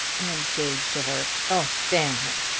engaged to her! oh, damn him!